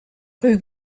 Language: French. rue